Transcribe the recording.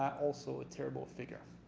also a terrible figure.